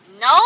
No